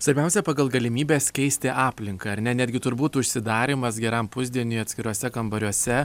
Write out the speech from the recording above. svarbiausia pagal galimybes keisti aplinką ar ne netgi turbūt užsidarymas geram pusdieniui atskiruose kambariuose